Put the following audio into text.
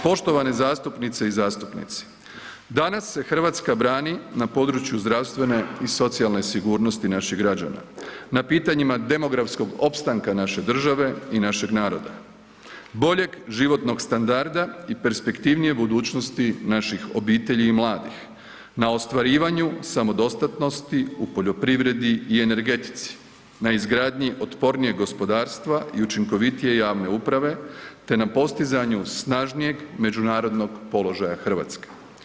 Poštovane zastupnice i zastupnici, danas se Hrvatska brani na području zdravstvene i socijalne sigurnosti naših građana, na pitanjima demografskog opstanka naše države i našeg naroda, boljeg životnog standarda i perspektivnije budućnosti naših obitelji i mladih, na ostvarivanju samodostatnosti u poljoprivredi i energetici, na izgradnji otpornijeg gospodarstva i učinkovitije javne uprave te na postizanju snažnijeg međunarodnog položaja Hrvatske.